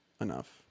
enough